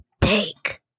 Take